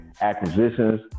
acquisitions